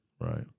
right